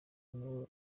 niwe